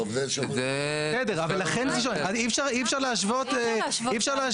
אז אי אפשר,